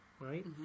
right